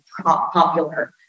popular